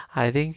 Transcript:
I think